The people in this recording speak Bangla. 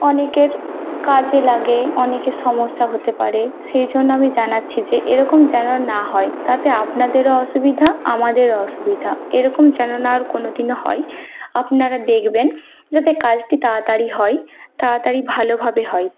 অনেকের কাজে লাগে অনেকের সমস্যা হতে পারে সেই জন্য আমি জানাচ্ছি যে এরকম যেন না হয় তাতে আপনাদেরও অসুবিধা আমাদেরও অসুবিধা এরকম যেন না আর কোনো দিনও হয় আপনারা দেখবেন যাতে কাজটি তাড়াতাড়ি হয় তাড়াতাড়ি ভালোভাবে হয়